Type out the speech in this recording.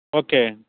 okay